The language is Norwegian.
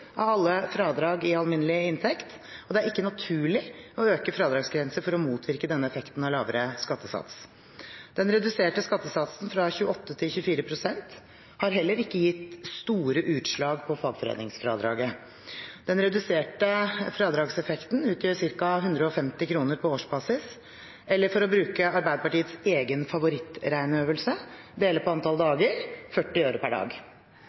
av alle fradrag i alminnelig inntekt, og det er ikke naturlig å øke fradragsgrensen for å motvirke denne effekten av lavere skattesats. Den reduserte skattesatsen fra 28 pst. til 24 pst. har heller ikke gitt store utslag på fagforeningsfradraget. Den reduserte fradragseffekten utgjør ca. 150 kr på årsbasis, eller for å bruke Arbeiderpartiets egen favorittregneøvelse – dele på antall dager – 40 øre per dag.